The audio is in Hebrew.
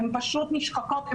הן פשוט נשחקות.